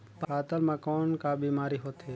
पातल म कौन का बीमारी होथे?